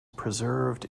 preserved